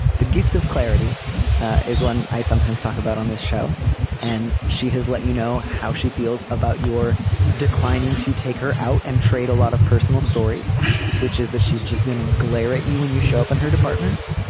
the gift of clarity is one i sometimes talk about on this show and she has let you know how she feels about your declining to take her out and trade a lot of personal stories which is that she's just going to glare at you when you show up and her department